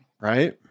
Right